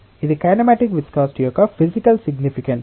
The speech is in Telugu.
కాబట్టి ఇది కైనమటిక్ విస్కాసిటి యొక్క ఫిసికల్ సిగ్నిఫికెన్